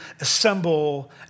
assemble